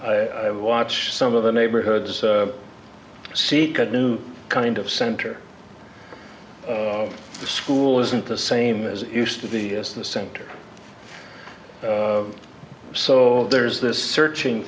watch some of the neighborhoods seek a new kind of center of the school isn't the same as it used to be the center of so there's this searching